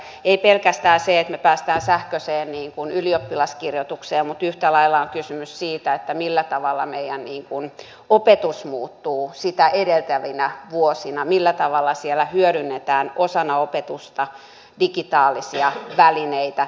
ei ole pelkästään se että me pääsemme sähköiseen ylioppilaskirjoitukseen vaan yhtä lailla on kysymys siitä millä tavalla meidän opetus muuttuu sitä edeltävinä vuosina millä tavalla siellä hyödynnetään osana opetusta digitaalisia välineitä